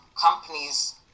companies